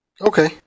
Okay